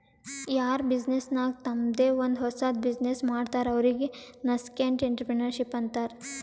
ಯಾರ್ ಬಿಸಿನ್ನೆಸ್ ನಾಗ್ ತಂಮ್ದೆ ಒಂದ್ ಹೊಸದ್ ಬಿಸಿನ್ನೆಸ್ ಮಾಡ್ತಾರ್ ಅವ್ರಿಗೆ ನಸ್ಕೆಂಟ್ಇಂಟರಪ್ರೆನರ್ಶಿಪ್ ಅಂತಾರ್